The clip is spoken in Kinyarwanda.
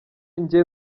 nge